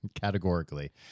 categorically